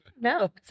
No